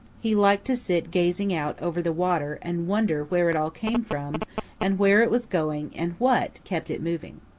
he liked to sit gazing out over the water and wonder where it all came from and where it was going and what, kept it moving.